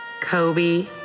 Kobe